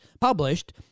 published